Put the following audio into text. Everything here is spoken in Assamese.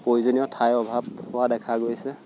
প্ৰয়োজনীয় ঠাইৰ অভাৱ হোৱা দেখা গৈছে